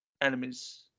enemies